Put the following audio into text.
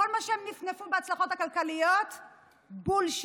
כל מה שהם נפנפו בהצלחות הכלכליות הוא בולשיט.